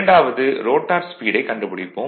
இரண்டாவது ரோட்டார் ஸ்பீடைக் கண்டுபிடிப்போம்